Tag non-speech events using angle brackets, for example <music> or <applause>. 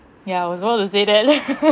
ya I was about to say that <laughs>